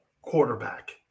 quarterback